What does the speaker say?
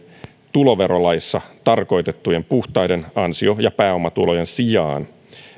tuloverolaissa tarkoitettujen puhtaiden ansio ja pääomatulojen sijaan